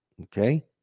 okay